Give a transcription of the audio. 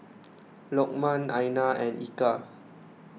Lokman Aina and Eka